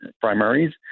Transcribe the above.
primaries